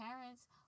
parents